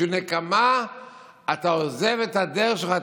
אבל בשביל נקמה אתה עוזב את הדרך שלך,